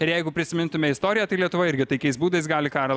ir jeigu prisimintume istoriją tai lietuva irgi taikiais būdais gali karą